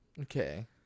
Okay